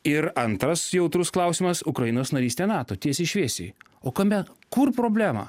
ir antras jautrus klausimas ukrainos narystė nato tiesiai šviesiai o kame kur problema